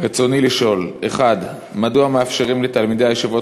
רצוני לשאול: 1. מדוע מאפשרים לתלמידי הישיבות